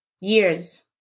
years